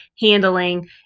handling